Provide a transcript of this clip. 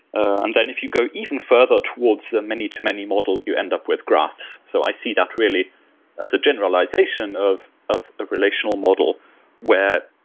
and and if you go even further towards the many to many model, you end up with graphs. so i see that really as a generalization of of a relational model where,